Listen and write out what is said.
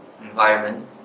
environment